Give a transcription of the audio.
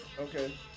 Okay